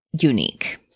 unique